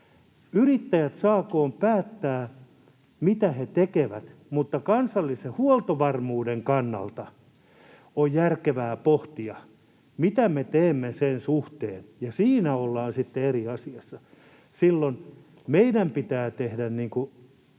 Yrittäjät saakoot päättää, mitä he tekevät, mutta kansallisen huoltovarmuuden kannalta on järkevää pohtia, mitä me teemme sen suhteen, ja siinä ollaan sitten eri asiassa. Silloin meidän pitää tehdä